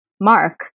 Mark